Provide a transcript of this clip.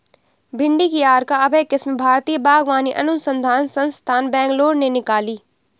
भिंडी की अर्का अभय किस्म भारतीय बागवानी अनुसंधान संस्थान, बैंगलोर ने निकाली